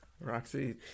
Roxy